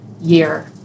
year